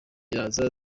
ziraza